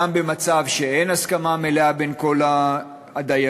גם במצב שאין הסכמה מלאה בין כל הדיירים,